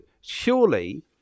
surely